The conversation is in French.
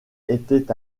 était